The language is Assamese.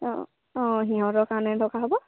অঁ অঁ সিহঁতৰ কাৰণে দৰকাৰ হ'ব